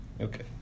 okay